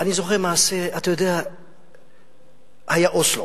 אני זוכר שהיה אוסלו,